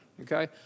okay